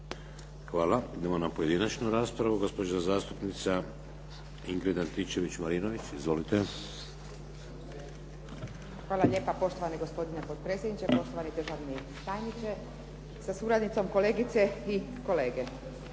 Hvala. Idemo na pojedinačnu raspravu. Gospođa zastupnica Ingrid Antičević-Marinović. Izvolite. **Antičević Marinović, Ingrid (SDP)** Hvala lijepa poštovani gospodine potpredsjedniče, poštovani državni tajniče, sa suradnicom, kolegice i kolege.